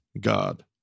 God